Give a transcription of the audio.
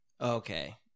Okay